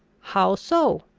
how so?